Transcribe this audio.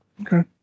Okay